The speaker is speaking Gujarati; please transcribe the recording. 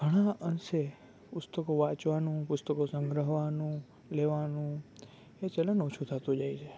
ઘણા અંશે પુસ્તકો વાંચવાનું પુસ્તકો સંગ્રહવાનું લેવાનું એ ચલણ ઓછું થતું જાય છે